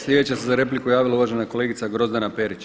Sljedeća se za repliku javila uvažena kolegica Grozdana Perić.